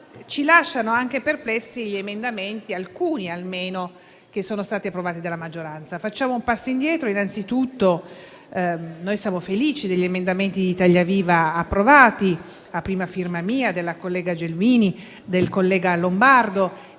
ci lasciano perplessi alcuni emendamenti che sono stati approvati dalla maggioranza. Facciamo un passo indietro. Innanzitutto siamo felici degli emendamenti di Italia Viva approvati (a prima firma mia, della collega Gelmini e del collega Lombardo),